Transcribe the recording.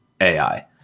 AI